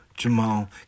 Jamal